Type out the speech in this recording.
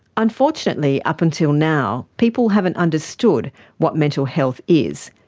unfortunately up until now people haven't understood what mental health is,